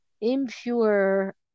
impure